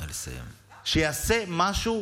שיעשה משהו,